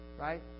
right